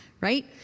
right